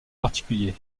particulier